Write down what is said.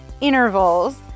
intervals